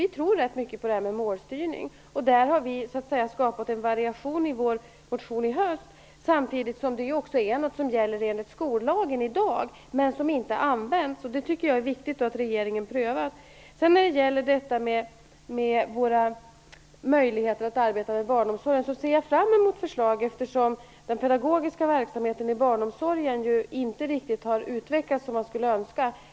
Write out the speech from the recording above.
Vi moderater tror rätt mycket på målstyrning, och där har vi skapat en variation i vår motion i höst. Samtidigt är detta också något som gäller enligt skollagen i dag, men som inte används. Jag tycker att det är viktigt att regeringen prövar detta. När det gäller möjligheterna att arbeta med barnomsorgen ser jag fram emot förslag. Den pedagogiska verksamheten inom barnomsorgen har inte riktigt utvecklats som man skulle önska.